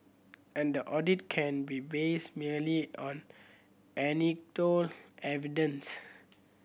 and the audit can be based merely on evidence